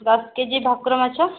ଦଶ କେଜି ଭାକୁର ମାଛ